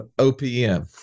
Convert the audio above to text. OPM